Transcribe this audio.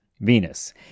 Venus